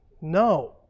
No